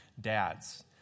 Dads